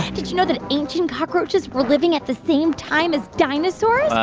did you know that ancient cockroaches were living at the same time as dinosaurs?